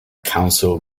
council